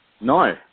No